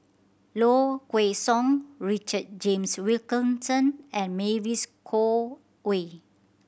Low Kway Song Richard James Wilkinson and Mavis Khoo Oei